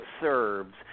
serves